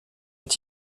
est